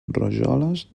rajoles